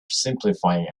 simplifying